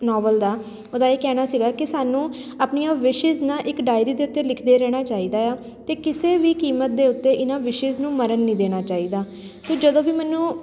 Nobel ਦਾ ਉਹਦਾ ਇਹ ਕਹਿਣਾ ਸੀਗਾ ਕਿ ਸਾਨੂੰ ਆਪਣੀਆਂ ਵਿਸ਼ਿਜ਼ ਨਾ ਇੱਕ ਡਾਇਰੀ ਦੇ ਉੱਤੇ ਲਿਖਦੇ ਰਹਿਣਾ ਚਾਹੀਦਾ ਆ ਅਤੇ ਕਿਸੇ ਵੀ ਕੀਮਤ ਦੇ ਉੱਤੇ ਇਹਨਾਂ ਵਿਸ਼ਿਜ਼ ਨੂੰ ਮਰਨ ਨਹੀਂ ਦੇਣਾ ਚਾਹੀਦਾ ਕਿ ਜਦੋਂ ਵੀ ਮੈਨੂੰ